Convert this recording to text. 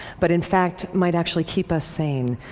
but, in fact, might actually keep us sane?